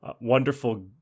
wonderful